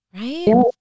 Right